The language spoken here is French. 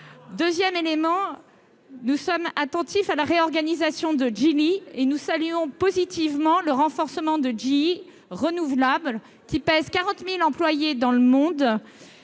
ailleurs, nous sommes attentifs à la réorganisation de GE, et nous saluons positivement le renforcement de GE Renouvelable, qui représente 40 000 employés dans le monde